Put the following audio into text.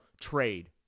trade